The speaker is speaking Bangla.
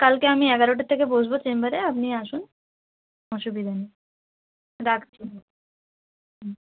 কালকে আমি এগারোটার থেকে বসব চেম্বারে আপনি আসুন অসুবিধা নেই রাখছি হুম হুম